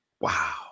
Wow